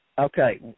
Okay